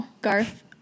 Garth